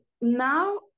now